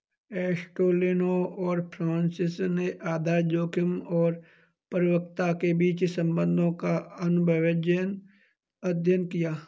एस्टेलिनो और फ्रांसिस ने आधार जोखिम और परिपक्वता के बीच संबंधों का अनुभवजन्य अध्ययन किया